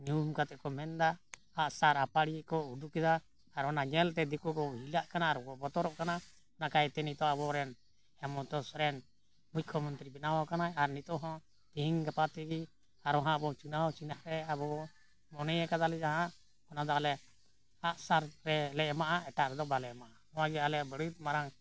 ᱧᱩᱢ ᱠᱟᱛᱮ ᱠᱚ ᱢᱮᱱᱫᱟ ᱟᱜᱼᱥᱟᱨ ᱟᱹᱯᱟᱹᱲᱤ ᱠᱚ ᱩᱰᱩᱠᱮᱫᱟ ᱟᱨ ᱚᱱᱟ ᱧᱮᱞᱛᱮ ᱫᱤᱠᱩ ᱠᱚ ᱦᱤᱞᱟᱹᱜ ᱠᱟᱱᱟ ᱟᱨᱠᱚ ᱵᱚᱛᱚᱨᱚᱜ ᱠᱟᱱᱟ ᱚᱱᱟ ᱠᱟᱭᱛᱮ ᱱᱤᱛᱚᱜ ᱟᱵᱚᱨᱮᱱ ᱦᱮᱢᱚᱛᱚ ᱥᱚᱨᱮᱱ ᱢᱩᱠᱽᱠᱷᱚ ᱢᱚᱱᱛᱨᱤ ᱵᱮᱱᱟᱣ ᱟᱠᱟᱱᱟ ᱟᱨ ᱱᱤᱛᱳᱜ ᱦᱚᱸ ᱛᱤᱦᱤᱧ ᱜᱟᱯᱟ ᱛᱮᱜᱮ ᱟᱨᱦᱚᱸ ᱟᱵᱚ ᱪᱩᱱᱟᱣ ᱪᱤᱱᱦᱟᱹᱣᱮᱭᱟ ᱟᱵᱚ ᱢᱚᱱᱮ ᱟᱠᱟᱫᱟᱞᱮ ᱡᱟᱦᱟᱸ ᱚᱱᱟᱫᱚ ᱟᱞᱮ ᱟᱜᱼᱥᱟᱨ ᱨᱮᱞᱮ ᱮᱢᱟᱜᱼᱟ ᱮᱴᱟᱜ ᱨᱮᱫᱚ ᱵᱟᱞᱮ ᱮᱢᱟᱜᱼᱟ ᱱᱚᱣᱟᱜᱮ ᱟᱞᱮᱭᱟᱜ ᱵᱟᱹᱲᱤᱡ ᱢᱟᱨᱟᱝ